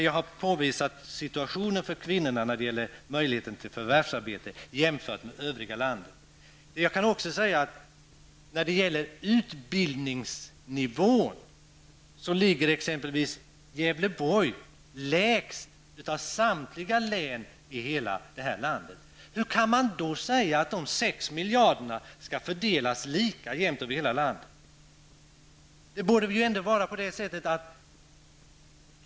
Jag har påvisat kvinnornas möjlighet till förvärvsarbete i vissa län jämfört med övriga landet. Jag kan också säga att utbildningsnivån i Gävleborgs län är den lägsta av samtliga län i hela landet. Hur kan man då säga att de sex miljarderna skall fördelas lika över hela landet?